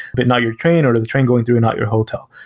but not your train or the train going through and not you're hotel.